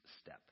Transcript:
step